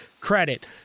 credit